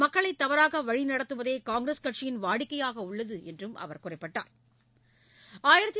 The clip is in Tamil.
மக்களை தவறாக வழிநடத்துவதே காங்கிரஸ் கட்சியின் வாடிக்கையாக உள்ளது என்று அவர் குறிப்பிட்டா்